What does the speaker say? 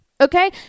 Okay